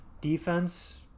Defense